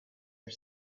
are